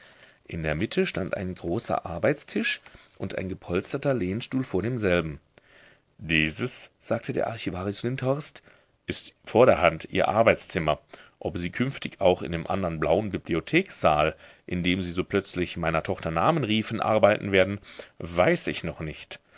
in der mitte stand ein großer arbeitstisch und ein gepolsterter lehnstuhl vor demselben dieses sagte der archivarius lindhorst ist vorderhand ihr arbeitszimmer ob sie künftig auch in dem andern blauen bibliotheksaal in dem sie so plötzlich meiner tochter namen riefen arbeiten werden weiß ich noch nicht